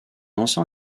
ancien